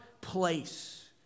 place